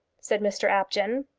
said mr apjohn.